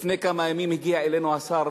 לפני כמה ימים הגיע אלינו שר